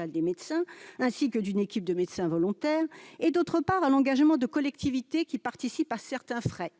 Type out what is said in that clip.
des médecins ainsi que d'une équipe de médecins volontaires et, d'autre part, à l'engagement de collectivités, qui participent à certains frais.